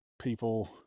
People